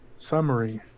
summary